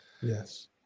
yes